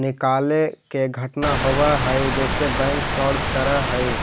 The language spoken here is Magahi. निकाले के घटना होवऽ हइ जेसे बैंक फ्रॉड करऽ हइ